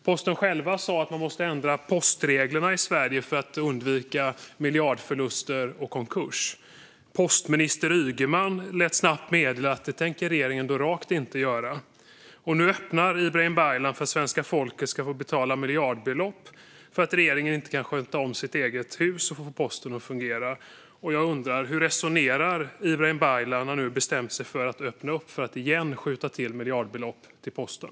Posten själv sa att man måste ändra postreglerna i Sverige för att undvika miljardförluster och konkurs. Postminister Ygeman lät snabbt meddela att det tänker regeringen då rakt inte göra. Nu öppnar Ibrahim Baylan för att svenska folket ska få betala miljardbelopp för att regeringen inte kan sköta om sitt eget hus och få posten att fungera. Jag undrar: Hur resonerar Ibrahim Baylan när han nu bestämt sig för att öppna för att återigen skjuta till miljardbelopp till posten?